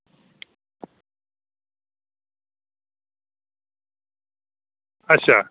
अच्छा